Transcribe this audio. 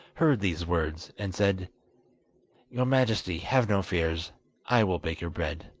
heard these words, and said your majesty, have no fears i will bake your bread